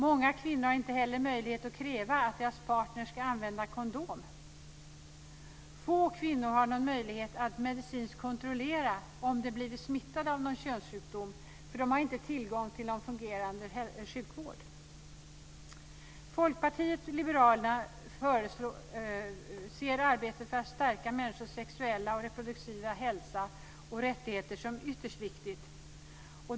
Många kvinnor har inte heller möjlighet att kräva att deras partner ska använda kondom. Få kvinnor har någon möjlighet att medicinskt kontrollera om de blivit smittade av någon könssjukdom, för de har inte tillgång till någon fungerande sjukvård. Folkpartiet liberalerna ser arbetet för att stärka människors sexuella och reproduktiva hälsa och rättigheter som ytterst viktigt.